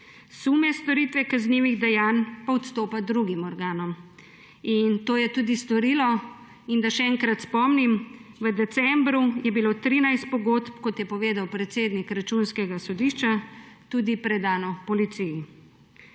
sume storitve kaznivih dejanj pa odstopa drugim organom. To je tudi storilo. Naj še enkrat spomnim, v decembru je bilo 13 pogodb, kot je povedal predsednik Računskega sodišča, tudi predanih policiji.